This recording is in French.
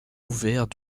ouvert